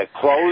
close